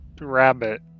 rabbit